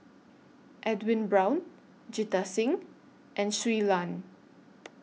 Edwin Brown Jita Singh and Shui Lan